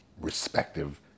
respective